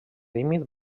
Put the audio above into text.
límit